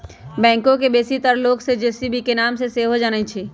backhoe के बेशीतर लोग जे.सी.बी के नाम से सेहो जानइ छिन्ह